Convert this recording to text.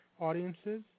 audiences